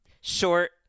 short